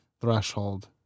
threshold